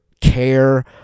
care